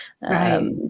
Right